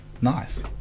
Nice